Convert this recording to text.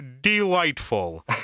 delightful